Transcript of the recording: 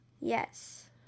Yes